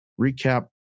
recap